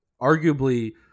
arguably